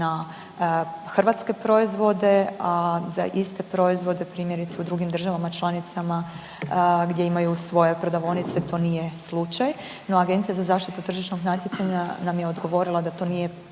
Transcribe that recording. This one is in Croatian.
na hrvatske proizvode, a za iste proizvode primjerice u drugim državama članicama gdje imaju svoje prodavaonice to nije slučaj. No Agencija za zaštitu tržišnog natjecanja nam je odgovorila da to nije